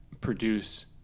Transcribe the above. produce